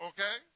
Okay